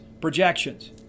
projections